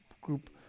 group